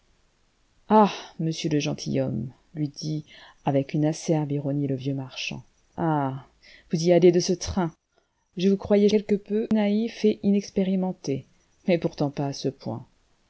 ahl monsieur le gentilhomme lui dit avec une acerbe ironie le vieux marchand ah vous y allez de ce train je vous croyais quelque peu naïf et inexpérimenté mais pourtant pas à ce point